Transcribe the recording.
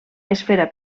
esfera